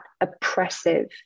oppressive